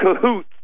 cahoots